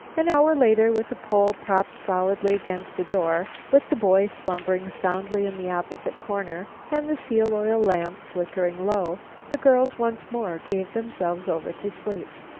an hour later, with a pole propped solidly against the door, with the boy slumbering soundly in the opposite corner, and the seal-oil lamp flickering low, the girls once more gave themselves over to sleep.